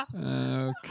Okay